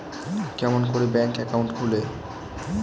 কেমন করি bank account খুলে?